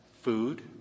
Food